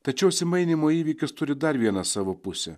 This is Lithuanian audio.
tačiau atsimainymo įvykis turi dar vieną savo pusę